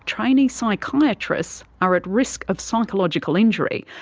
trainee psychiatrists are at risk of psychological injury,